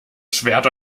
schwert